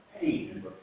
pain